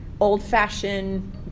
old-fashioned